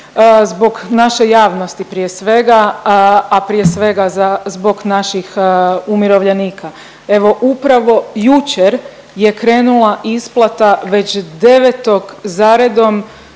zbog naše javnosti prije svega, a prije svega za, zbog naših umirovljenika. Evo upravo jučer je krenula isplata već 9. za redom